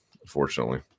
unfortunately